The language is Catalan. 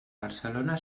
barcelona